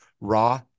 raw